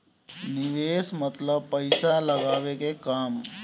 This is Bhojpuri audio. निवेस मतलब पइसा लगावे के काम